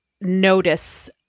notice